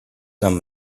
some